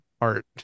art